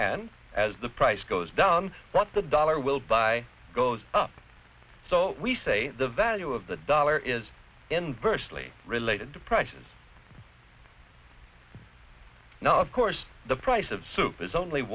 and as the price goes down what the dollar will buy goes up so we say the value of the dollar is inversely related to prices now of course the price of soup is only